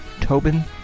tobin